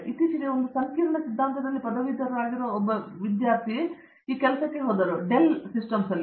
ಇತ್ತೀಚೆಗೆ ಒಂದು ಸಂಕೀರ್ಣ ಸಿದ್ಧಾಂತದಲ್ಲಿ ಪದವೀಧರರಾಗಿರುವ ಒಬ್ಬ ವ್ಯಕ್ತಿ ಈ ಕೆಲಸಕ್ಕೆ ಹೋದರು ಉದಾಹರಣೆಗೆ ಡೆಲ್ ವ್ಯವಸ್ಥೆಗಳಲ್ಲಿ